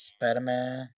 Spider-Man